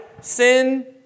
Sin